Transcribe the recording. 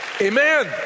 Amen